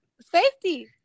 Safety